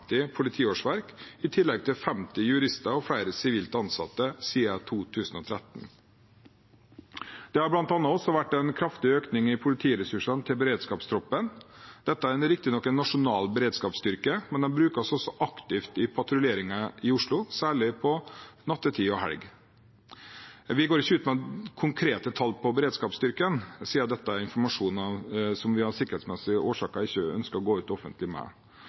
politiårsverk, i tillegg til 50 jurister og flere sivilt ansatte siden 2013. Det har bl.a. også vært en kraftig økning i politiressursene til beredskapstroppen. Dette er riktignok en nasjonal beredskapsstyrke, men de brukes også aktivt i patruljeringen i Oslo, særlig på nattetid og helg. Vi går ikke ut med konkrete tall på beredskapsstyrken, siden dette er informasjon som vi av sikkerhetsmessige årsaker ikke ønsker å gå ut med offentlig,